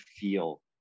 feel